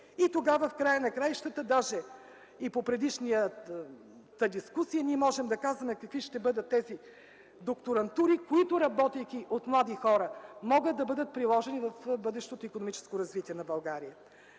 Тогава, в края на краищата, даже и по предишната дискусия, ние можем да казваме какви ще бъдат тези докторантури, които, работейки от млади хора, могат да бъдат приложени в бъдещото икономическо развитие на България.